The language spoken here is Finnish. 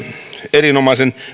erinomaisen